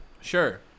Sure